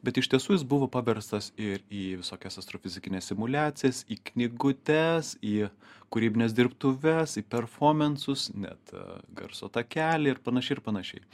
bet iš tiesų jis buvo paverstas ir į visokias astrofizikines simuliacijas į knygutes į kūrybines dirbtuves į performansus net garso takelį ir panašiai ir panašiai